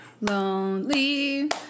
Lonely